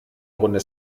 runde